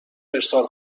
ارسال